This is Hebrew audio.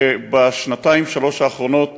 שבשנתיים-שלוש האחרונות